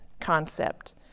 concept